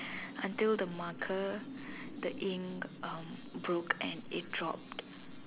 until the marker the ink um broke and it dropped